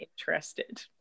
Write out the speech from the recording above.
interested